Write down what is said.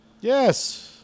Yes